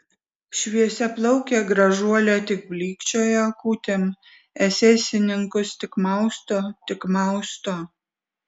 šviesiaplaukė gražuolė tik blykčioja akutėm esesininkus tik mausto tik mausto